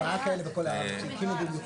ההצעה שלנו היא להגיד,